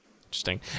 Interesting